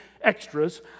extras